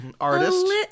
artist